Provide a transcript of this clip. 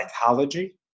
Psychology